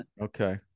Okay